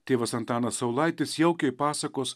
tėvas antanas saulaitis jaukiai pasakos